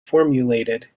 formulated